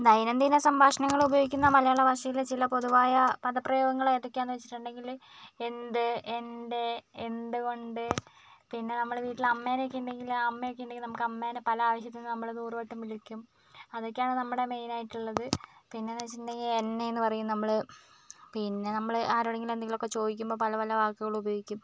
ദൈനംദിന സംഭാഷണങ്ങൾ ഉപയോഗിക്കുന്ന മലയാള ഭാഷയിലെ ചില പൊതുവായ പദപ്രയോഗങ്ങൾ ഏതൊക്കെയാണെന്ന് വെച്ചിട്ടുണ്ടെങ്കിൽ എന്ത് എൻ്റെ എന്തുകൊണ്ട് പിന്നെ നമ്മൾ വീട്ടിൽ അമ്മേനെയൊക്കെ ഉണ്ടെങ്കിൽ ആ അമ്മയൊക്കെ ഉണ്ടെങ്കിൽ അമ്മേനെ പല ആവശ്യത്തിന് നമ്മൾ നൂറുവട്ടം വിളിക്കും അതൊക്കെയാണ് നമ്മുടെ മെയിൻ ആയിട്ടുള്ളത് പിന്നെ എന്ന് വെച്ചിട്ടുണ്ടെങ്കിൽ എന്നെ എന്ന് പറയും നമ്മൾ പിന്നെ നമ്മൾ ആരോടെങ്കിലും എന്തേങ്കിലുമൊക്കെ ചോദിക്കുമ്പം പല പല വാക്കുകൾ ഉപയോഗിക്കും